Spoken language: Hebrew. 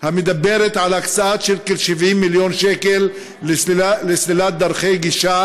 המדברת על הקצאה של כ-70 מיליון ש"ח לסלילת דרכי גישה